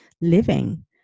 living